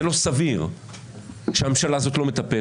זה לא סביר שהממשלה הזאת לא מטפלת,